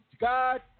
God